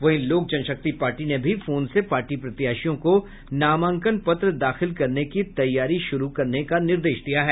वहीं लोक जनशक्ति पार्टी ने भी फोन से पार्टी प्रत्याशियों को नामांकन पत्र दाखिल करने की तैयारी शुरू करने का निर्देश दिया है